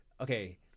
okay